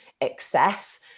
excess